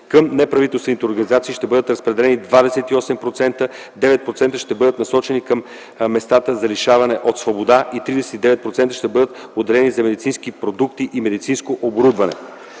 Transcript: Към неправителствените организации ще бъдат разпределени 28 процента, 9 процента ще бъдат насочен към местата за лишаване от свобода и 39 процента ще бъдат отделени за медицински продукти и медицинско оборудване.